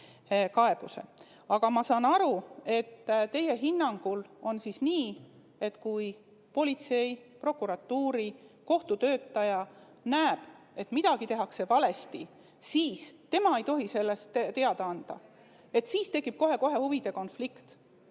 Aga ma saan aru, et teie hinnangul on nii, et kui politsei, prokuratuuri või kohtu töötaja näeb, et midagi tehakse valesti, siis tema ei tohigi sellest teada anda, sest siis tekib kohe-kohe huvide konflikt.